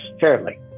fairly